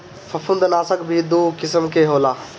फंफूदनाशक भी दू किसिम के होला